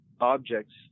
objects